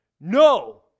No